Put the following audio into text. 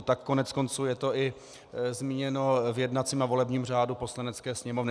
Tak koneckonců je to i zmíněno v jednacím a volebním řádu Poslanecké sněmovny.